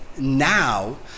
now